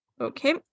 Okay